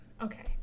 okay